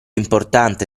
importante